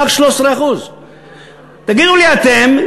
רק 13%. תגידו לי אתם,